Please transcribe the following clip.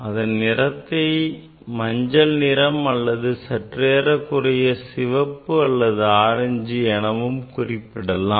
இதன் நிறத்தை மஞ்சள் நிறம் அல்லது சற்றேறக்குறைய சிவப்பு அல்லது ஆரஞ்சு எனவும் குறிப்பிடலாம்